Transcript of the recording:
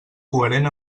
coherent